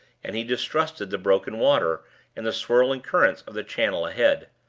and he distrusted the broken water and the swirling currents of the channel ahead.